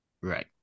Right